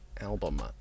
album